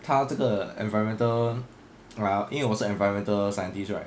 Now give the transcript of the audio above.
他这个 environmental ah 因为我是 environmental scientist right